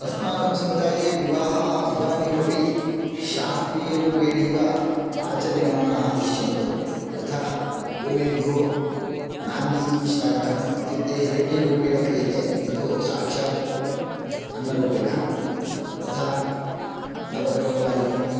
अस्माकं समुदाये विवाहाः इदानीमपि शास्त्रीयरूपेणैव आचर्यमाणाः दृश्यन्ते यथा पूर्वेध्यो नान्दीश्राद्धम् इत्युक्ते हिरण्यरूपेण क्रियते न तु साक्षात् अन्नरूपेण तथा नवग्रहोमालिकं